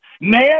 man